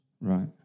Right